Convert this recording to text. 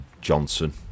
johnson